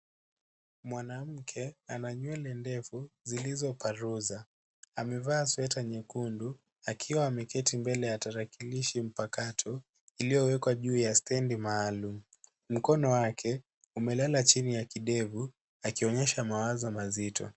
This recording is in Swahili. Mwanamke ana nywele ndefu zilizo paruza. Amevaa sweta nyekundu na akiwa ameketi mbele ya tarakilishi mpakato, iliyowekwa juu ya stendi maalum. Mkono wake umelala chini ya kidevu, akionyesha mawazo mazito.